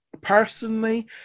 Personally